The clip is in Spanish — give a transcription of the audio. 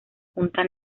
punta